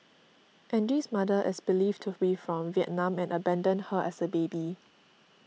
Angie's mother is believed to be from Vietnam and abandoned her as a baby